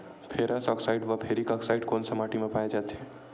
Ferrous oxide व ferric oxide कोन सा माटी म पाय जाथे?